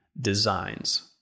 designs